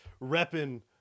repping